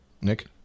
nick